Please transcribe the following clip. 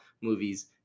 movies